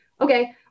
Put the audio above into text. Okay